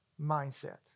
mindset